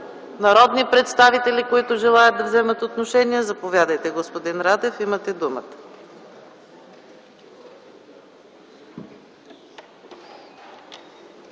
Народни представители, които желаят да вземат отношение? Заповядайте, господин Радев. ЕМИЛ РАДЕВ